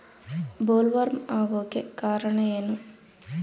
Bollworm ಆಗೋಕೆ ಕಾರಣ ಏನು?